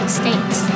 states